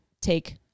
take